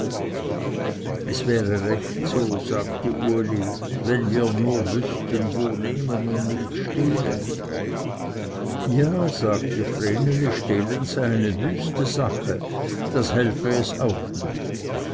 es wäre recht so sagte uli wenn wir nur wüßten wo nehmen und nicht stehlen ja sagte vreneli stehlen sei eine wüste sache das helfe es auch nicht